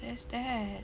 there's that